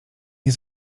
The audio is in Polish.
nie